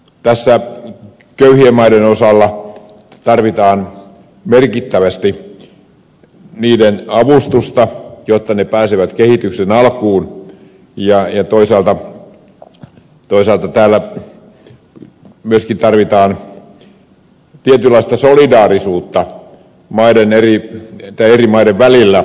köyhien maiden osalta tässä tarvitaan merkittävästi niiden avustamista jotta ne pääsevät kehityksen alkuun ja toisaalta tarvitaan myöskin tietynlaista solidaarisuutta eri maiden välillä